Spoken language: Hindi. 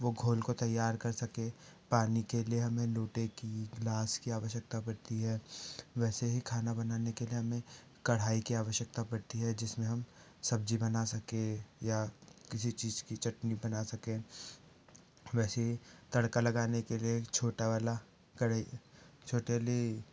वो घोल को तैयार कर सके पानी के लिए हमें लोटे की गिलास की आवश्यकता पड़ती है वैसे ही खाना बनाने के लिए हमें कड़ाई की आवश्यकता पड़ती है जिसमें हम सब्जी बना सकें या किसी चीज की चटनी बना सके वैसे तड़का लगाने के लिए छोटा वाला कड़ाई छोटी वाली